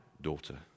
daughter